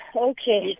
Okay